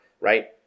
right